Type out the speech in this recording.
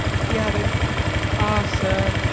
he added ah, sir,